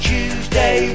Tuesday